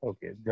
Okay